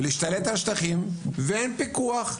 ולהשתלט על שטחים ואין פיקוח.